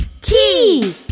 key